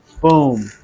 Boom